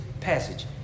passage